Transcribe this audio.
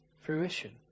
fruition